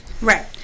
Right